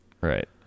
Right